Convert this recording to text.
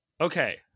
Okay